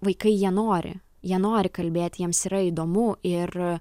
vaikai jie nori jie nori kalbėti jiems yra įdomu ir